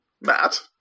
Matt